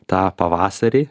tą pavasarį